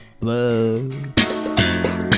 Love